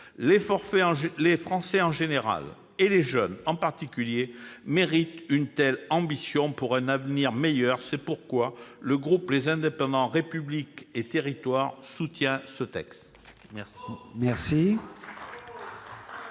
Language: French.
Les Français en général et les jeunes en particulier méritent une telle ambition pour un avenir meilleur. C'est pourquoi le groupe Les Indépendants-République et Territoires soutient ce texte. Bravo